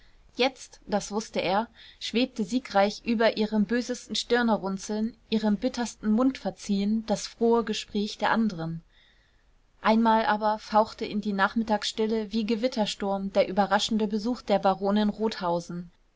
jetzt das wußte er schwebte siegreich über ihrem bösesten stirnerunzeln ihrem bittersten mundverziehen das frohe gespräch der anderen einmal aber fauchte in die nachmittagsstille wie gewittersturm der überraschende besuch der baronin rothausen